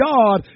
God